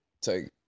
take